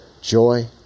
joy